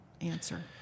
answer